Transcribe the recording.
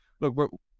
look